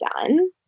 done